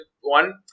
one